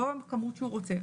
לא הכמות שהוא רוצה,